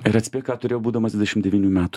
ir atspėk ką turėjau būdamas dvidešim devynių metų